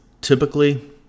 typically